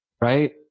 right